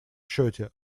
счете